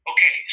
Okay